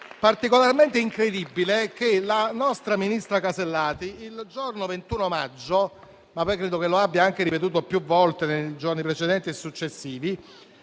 particolarmente incredibile che la nostra ministra Casellati il giorno 21 maggio - come credo che abbia anche ripetuto più volte nei giorni precedenti e in